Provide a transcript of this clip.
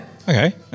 okay